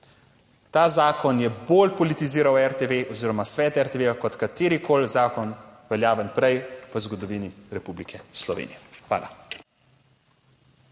Ta zakon je bolj politiziral RTV oziroma Svet RTV kot katerikoli zakon veljaven prej v zgodovini Republike Slovenije. Hvala.